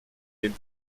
den